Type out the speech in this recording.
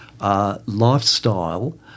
Lifestyle